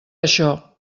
això